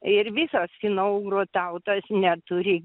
ir visos finougrų tautos neturi